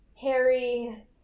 Harry